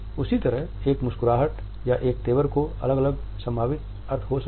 उसी तरह एक मुस्कुराहट या एक तेवर के अलग अलग संभावित अर्थ हो सकते हैं